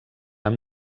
amb